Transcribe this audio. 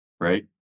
right